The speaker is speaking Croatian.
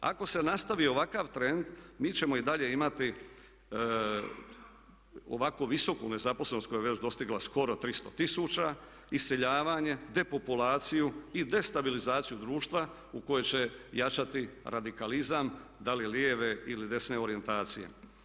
Ako se nastavi ovakav trend mi ćemo i dalje imati ovako visoku nezaposlenost koja je već dostigla skoro 300 tisuća, iseljavanje, depopulaciju i destabilizaciju društva u kojem će jačati radikalizam, da li lijeve ili desne orijentacije.